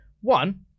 one